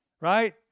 right